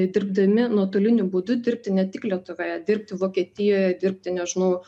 dirbdami nuotoliniu būdu dirbti ne tik lietuvoje dirbti vokietijoje dirbti nežinau